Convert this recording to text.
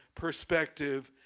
perspective,